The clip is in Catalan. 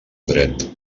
dret